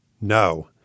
No